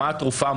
מה התרופה?